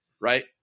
right